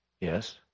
Yes